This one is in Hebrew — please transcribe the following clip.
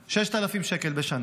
6,000 שקלים בשנה.